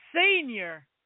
senior